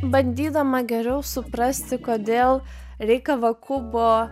bandydama geriau suprasti kodėl rei kavakubo